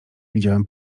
widziałem